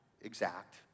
exact